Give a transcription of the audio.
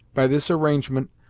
by this arrangement,